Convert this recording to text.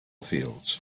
fields